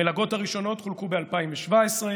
המלגות הראשונות חולקו ב-2017,